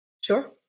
Sure